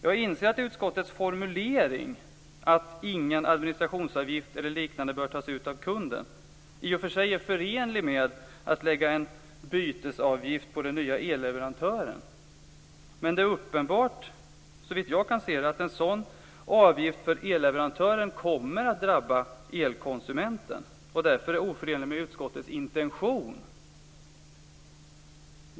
Jag inser att utskottets formulering att ingen administrationsavgift eller liknande bör tas ut av kunden i och för sig är förenlig med att lägga en bytesavgift på den nya elleverantören. Det är dock uppenbart, såvitt jag kan se, att en sådan avgift för elleverantören kommer att drabba elkonsumenten och därför är oförenlig med utskottets intention.